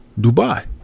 Dubai